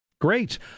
Great